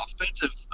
offensive